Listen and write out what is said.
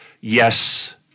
Yes